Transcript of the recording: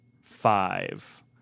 five